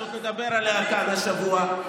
שעוד נדבר עליה כאן השבוע?